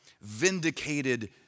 vindicated